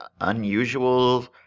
unusual